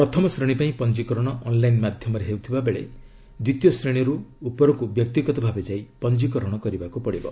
ପ୍ରଥମ ଶ୍ରେଣୀ ପାଇଁ ପଞ୍ଜିକରଣ ଅନ୍ଲାଇନ୍ ମାଧ୍ୟମରେ ହେଉଥିବା ବେଳେ ଦ୍ୱିତୀୟ ଶ୍ରେଣୀରୁ ଉପରକୁ ବ୍ୟକ୍ତିଗତ ଭାବେ ଯାଇ ପଞ୍ଜିକରଣ କରିବାକୁ ହେବ